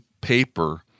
paper